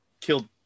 killed